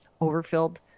overfilled